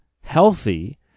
healthy